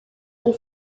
del